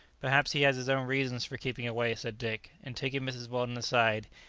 perhaps he has his own reasons for keeping away, said dick, and taking mrs. weldon aside,